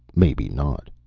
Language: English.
maybe not.